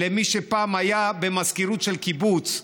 למי שפעם היה במזכירות של קיבוץ,